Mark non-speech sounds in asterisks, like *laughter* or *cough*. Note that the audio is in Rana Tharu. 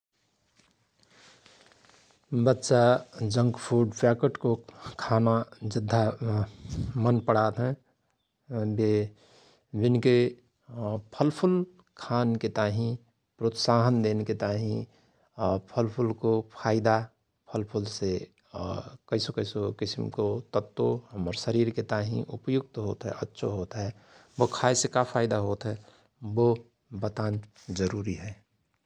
बच्चा जंकफुड प्याकेटको खाना जद्धा *hesitation* मन पणात हयं । बे विनके *hesitation* फलफुल खान के ताहि प्रोत्साहन देनके ताहिँ *hesitation* फलफुलको फाइृदा फलफुलसे *hesitation* कैसो–कैसो किसिमको तत्व हमर शरीरके ताहीँ उपयुक्त होत हय अच्छो होत हय बो खाएसे का फाईदा होत हय बो बतान जरुरी हय ।